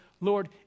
Lord